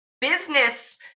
business